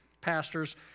pastors